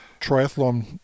triathlon